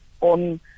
on